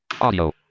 Audio